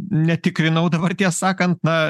netikrinau dabar tiesą sakant na